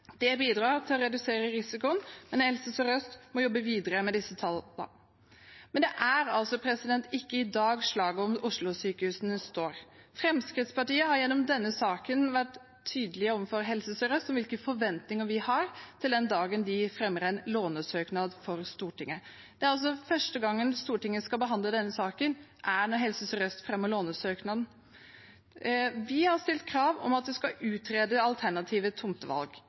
Det bidrar til å redusere risikoen, men Helse Sør-Øst må jobbe videre med disse tallene. Det er ikke i dag slaget om Oslo-sykehusene står. Fremskrittspartiet har gjennom denne saken vært tydelig overfor Helse Sør-Øst om hvilke forventninger vi har den dagen de fremmer en lånesøknad for Stortinget. Første gang Stortinget skal behandle denne saken, er altså når Helse Sør-Øst fremmer lånesøknaden. Vi har stilt krav om at det skal utredes alternative tomtevalg.